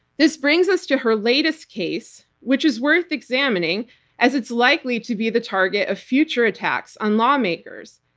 this brings us to her latest case, which is worth examining as it's likely to be the target of future attacks on lawmakers,